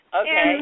Okay